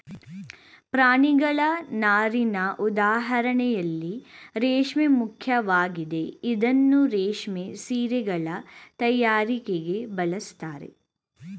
ಪ್ರಾಣಿಗಳ ನಾರಿನ ಉದಾಹರಣೆಯಲ್ಲಿ ರೇಷ್ಮೆ ಮುಖ್ಯವಾಗಿದೆ ಇದನ್ನೂ ರೇಷ್ಮೆ ಸೀರೆಗಳ ತಯಾರಿಕೆಗೆ ಬಳಸ್ತಾರೆ